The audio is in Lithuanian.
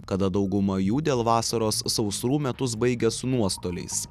kada dauguma jų dėl vasaros sausrų metus baigia su nuostoliais